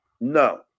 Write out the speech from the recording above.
No